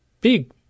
big